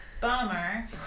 bummer